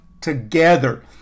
together